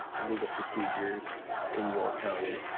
legal procedures in your county.